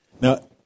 Now